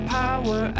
power